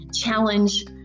challenge